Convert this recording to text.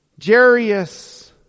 Jarius